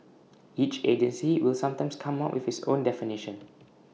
each agency will sometimes come up with its own definition